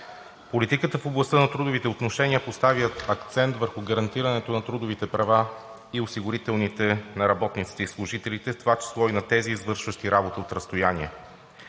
политиката в областта на трудовите отношения поставя акцент върху гарантирането на трудовите и осигурителните права на работниците и служителите, в това число и на тези, извършващи работа от разстояние.